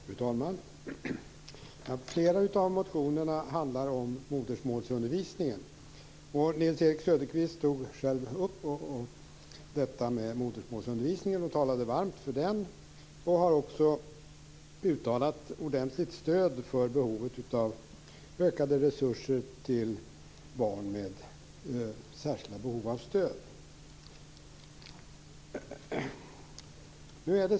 Fru talman! Flera av motionerna handlar om modersmålsundervisningen. Nils-Erik Söderqvist talade varmt om den och har också uttalat ett ordentligt stöd för behovet av ökade resurser till barn med särskilda behov av stöd.